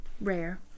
rare